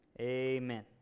amen